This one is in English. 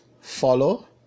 follow